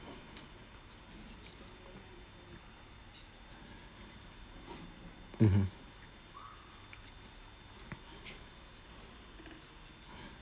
mmhmm